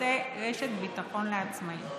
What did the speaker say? בנושא רשת ביטחון לעצמאים.